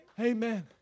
Amen